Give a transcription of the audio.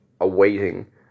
awaiting